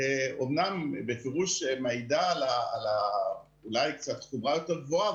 אמנם בפירוש מעידה אולי על קצת חומרה יותר גבוהה,